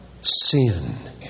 sin